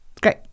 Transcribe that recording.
great